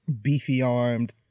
beefy-armed